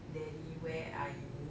daddy where are you